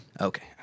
Okay